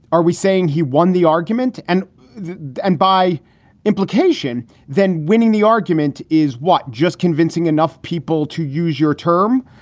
are we saying he won the argument and and by implication then winning the argument is what, just convincing enough people to use your term?